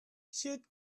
should